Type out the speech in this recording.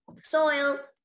soil